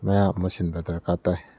ꯃꯌꯥꯝ ꯑꯃ ꯁꯤꯟꯕ ꯗꯔꯀꯥꯔ ꯇꯥꯏ